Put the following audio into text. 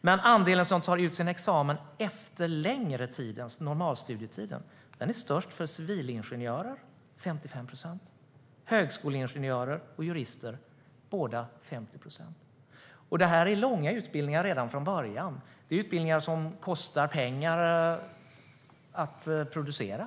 Men andelen som tar ut sin examen efter längre tid än normalstudietiden är störst för civilingenjörer, 55 procent, högskoleingenjörer och jurister, båda 50 procent. Det är långa utbildningar redan från början, och de kostar pengar att producera.